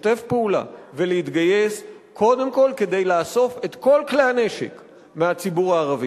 לשתף פעולה ולהתגייס קודם כול כדי לאסוף את כל כלי-הנשק מהציבור הערבי.